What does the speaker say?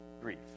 grief